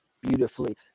beautifully